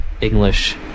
English